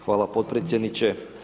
Hvala potpredsjedniče.